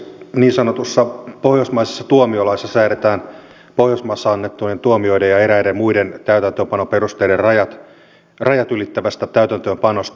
niin sanotussa pohjoismaisessa tuomiolaissa säädetään pohjoismaissa annettujen tuomioiden ja eräiden muiden täytäntöönpanon perusteiden rajat ylittävästä täytäntöönpanosta